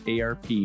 arp